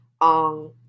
on